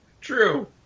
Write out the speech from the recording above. True